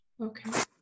Okay